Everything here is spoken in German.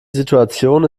situation